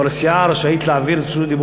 אבל הסיעה רשאית להעביר את זכות הדיבור